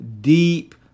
deep